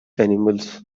animals